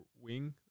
wing